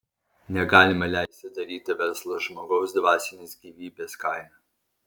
negalima leisti daryti verslo žmogaus dvasinės gyvybės kaina